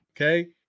Okay